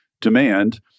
demand